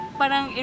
parang